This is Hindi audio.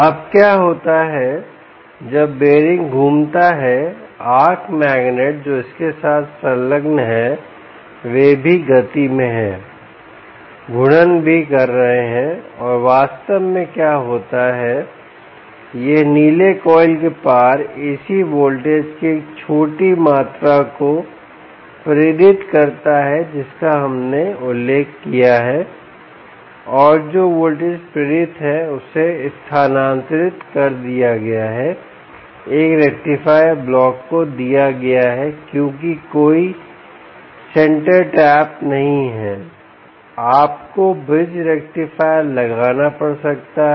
अब क्या होता है जब बीयरिंग घूमता है आर्क मैग्नेट जो इसके साथ संलग्न हैं वे भी गति में हैं घूर्णन भी कर रहे हैं और वास्तव में क्या होता है यह नीले कॉइल के पार एसी वोल्टेज की एक छोटी मात्रा को प्रेरित करता है जिसका हमने उल्लेख किया है और जो वोल्टेज प्रेरित है उसे स्थानांतरित कर दिया गया है एक रेक्टिफायर ब्लॉक को दिया गया है क्योंकि कोई सेंटर टेप नहीं है आपको ब्रिज रेक्टिफायर लगाना पड़ सकता है